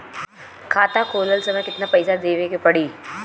खाता खोलत समय कितना पैसा देवे के पड़ी?